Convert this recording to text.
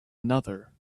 another